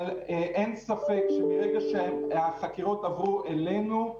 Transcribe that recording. אבל אין ספק שמרגע שהחקירות עברו אלינו,